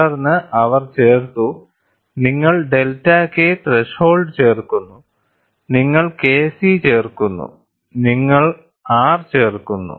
തുടർന്ന് അവർ ചേർത്തു നിങ്ങൾ ഡെൽറ്റ K ത്രെഷോൾഡ് ചേർക്കുന്നു നിങ്ങൾ Kc ചേർക്കുന്നു നിങ്ങൾ R ചേർക്കുന്നു